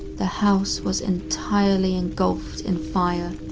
the house was entirely engulfed in fire,